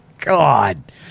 God